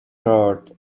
roared